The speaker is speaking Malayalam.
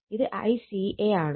ഇത് ICA ആണ്